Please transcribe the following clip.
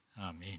Amen